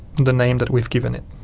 the name that we've given it.